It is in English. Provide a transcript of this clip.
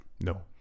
No